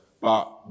but-